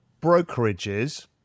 brokerages